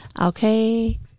Okay